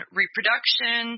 reproduction